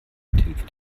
mithilfe